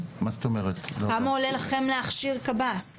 כמה עולה לכם להכשיר קב"ס?